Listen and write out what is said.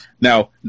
now